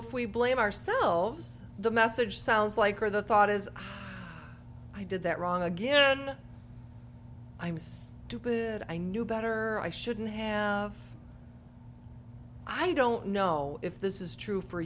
if we blame ourselves the message sounds like or the thought as i did that wrong again i was to put it i knew better i shouldn't have i don't know if this is true for